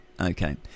Okay